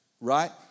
right